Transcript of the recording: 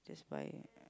is my